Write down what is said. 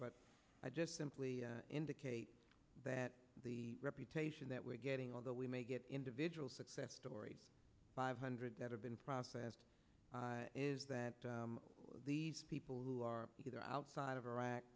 but i just simply indicate that the reputation that we're getting although we may get individual success stories five hundred that have been processed is that these people who are either outside of